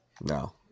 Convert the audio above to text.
No